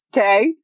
Okay